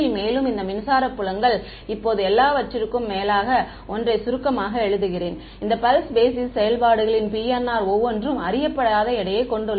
மேலும் இந்த மின்சார புலங்கள் இப்போது எல்லாவற்றிற்கும் மேலாக ஒன்றை சுருக்கமாக எழுதுகிறேன் இந்த பல்ஸ் பேஸிஸ் செயல்பாடுகளின் PNR ஒவ்வொன்றும் அறியப்படாத எடையைக் கொண்டுள்ளன